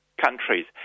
countries